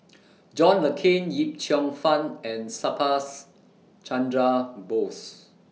John Le Cain Yip Cheong Fun and Subhas Chandra Bose